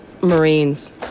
Marines